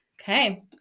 Okay